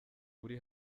uri